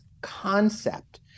concept